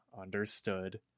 understood